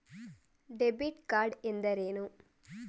Debit card ಎಂದರೇನು?